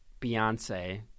Beyonce